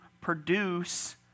produce